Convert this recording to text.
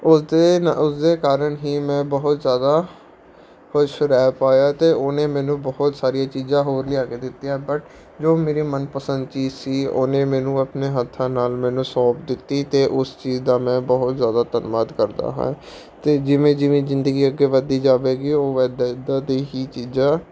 ਉਸਦੇ ਨਾ ਉਸਦੇ ਕਾਰਨ ਹੀ ਮੈਂ ਬਹੁਤ ਜ਼ਿਆਦਾ ਖੁਸ਼ ਰਹਿ ਪਾਇਆ ਅਤੇ ਉਹਨੇ ਮੈਨੂੰ ਬਹੁਤ ਸਾਰੀਆਂ ਚੀਜ਼ਾਂ ਹੋਰ ਲਿਆ ਕੇ ਦਿੱਤੀਆਂ ਬਟ ਜੋ ਮੇਰੀ ਮਨਪਸੰਦ ਚੀਜ਼ ਸੀ ਉਹਨੇ ਮੈਨੂੰ ਆਪਣੇ ਹੱਥਾਂ ਨਾਲ ਮੈਨੂੰ ਸੌਂਪ ਦਿੱਤੀ ਅਤੇ ਉਸ ਚੀਜ਼ ਦਾ ਮੈਂ ਬਹੁਤ ਜ਼ਿਆਦਾ ਧੰਨਵਾਦ ਕਰਦਾ ਹਾਂ ਅਤੇ ਜਿਵੇਂ ਜਿਵੇਂ ਜ਼ਿੰਦਗੀ ਅੱਗੇ ਵੱਧਦੀ ਜਾਵੇਗੀ ਉਹ ਇੱਦਾਂ ਇੱਦਾਂ ਦੀ ਹੀ ਚੀਜ਼ਾਂ